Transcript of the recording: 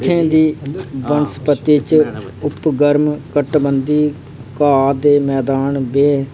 इत्थूं दी वनस्पति च उपगर्म कटिबंधी घा दे मैदान बैंह्